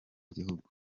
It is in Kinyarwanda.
igihugu